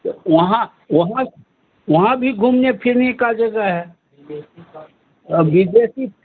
तो वहाँ वहाँ वहाँ भी घूमने फिरने का जगह है अ विदेशी